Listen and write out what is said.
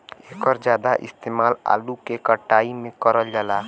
एकर जादा इस्तेमाल आलू के कटाई में करल जाला